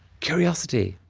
curiosity.